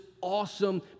awesome